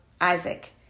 Isaac